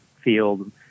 field